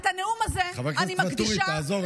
חבר הכנסת ואטורי, תעזור לי.